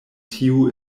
tiu